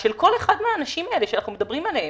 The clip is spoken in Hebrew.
של כל אחד מהאנשים האלה שאנחנו מדברים עליהם.